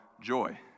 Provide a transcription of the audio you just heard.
joy